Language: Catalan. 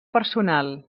personal